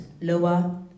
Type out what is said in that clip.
lower